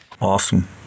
Awesome